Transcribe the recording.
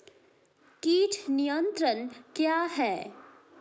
कीट नियंत्रण क्या है?